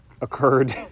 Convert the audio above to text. occurred